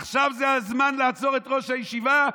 עכשיו זה הזמן לעצור את ראש הישיבה?